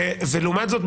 ולעומת זאת,